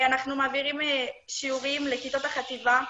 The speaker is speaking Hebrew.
אנחנו מעבירים שיעורים לכיתות החטיבה,